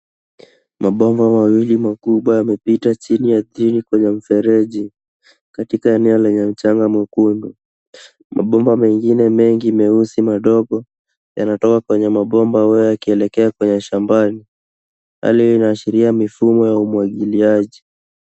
Mabomba mawili makubwa yamepita chini ardhini kwenye mfereji katika eneo lenye mcanha mwekundu. Mabomba mengine meusi madogo yanatoka kwenye mabomba hayo yakielekea kwenye shambani. Hali hii inaashiria mifumo wa umwagiliaji.